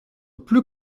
plus